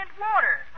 water